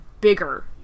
bigger